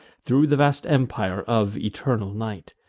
thro' the vast empire of eternal night.